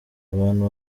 abantu